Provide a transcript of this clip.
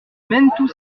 menetou